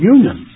Union